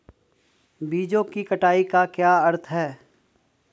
बीजों की कटाई का क्या अर्थ है?